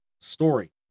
story